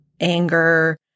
anger